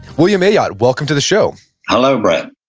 william ayot, welcome to the show hello brett.